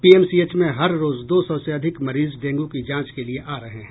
PMCH में हर रोज दो सौ से अधिक मरीज डेंगू की जांच के लिए आ रहे हैं